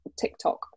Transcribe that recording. TikTok